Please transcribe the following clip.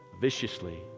viciously